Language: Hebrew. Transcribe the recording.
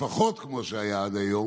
לפחות כמו שהייתה עד היום,